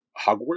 Hogwarts